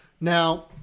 now